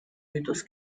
mythos